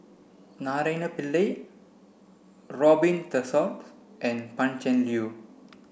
Naraina Pillai Robin Tessensohn and Pan Cheng Lui